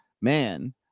man